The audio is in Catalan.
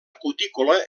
cutícula